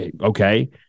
Okay